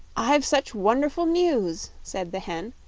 i've such wonderful news, said the hen,